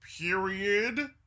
period